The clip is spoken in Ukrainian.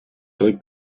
той